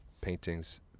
paintings